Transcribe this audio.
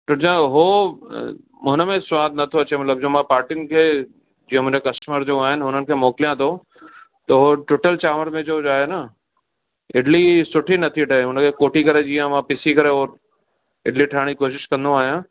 त छा हो हुन में सवादु न थो अचे मतिलब जो मां पार्टियुनि खे जीअं मुंहिंजा कस्टमर जो आहिनि हुननि खे मोकिलियां थो उहो टुटल चांवर में जो छाहे न इडली सुठी न थी ठहे हुन खे कुटी करे जीअं मां पिसी करे हो इडली ठाहिण जी कोशिश कंदो आहियां